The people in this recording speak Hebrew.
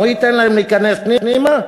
הוא ייתן להם להיכנס פנימה?